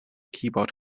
keyboard